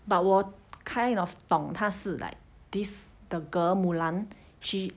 but 我 kind of 懂他是 like this the girl mulan she